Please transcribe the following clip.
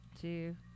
two